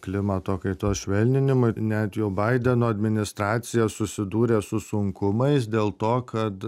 klimato kaitos švelninimui net jau baideno administracija susidūrė su sunkumais dėl to kad